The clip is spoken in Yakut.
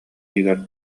иһигэр